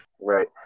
right